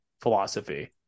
philosophy